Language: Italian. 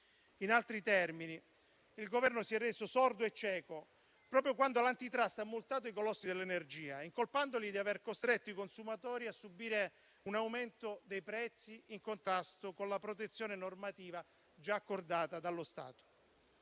In altri termini, il Governo si è reso sordo e cieco proprio quando l'Antitrust ha multato i colossi dell'energia incolpandoli di aver costretto i consumatori a subire un aumento dei prezzi in contrasto con la protezione normativa già accordata dallo Stato.